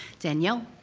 danyelle,